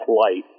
Light